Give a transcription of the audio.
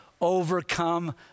overcome